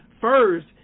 first